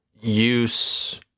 use